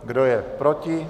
Kdo je proti?